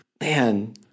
Man